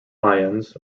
ions